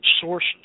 sources